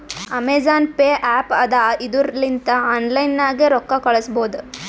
Amazon pay app ಅದಾ ಇದುರ್ ಲಿಂತ ಆನ್ಲೈನ್ ನಾಗೆ ರೊಕ್ಕಾ ಕಳುಸ್ಬೋದ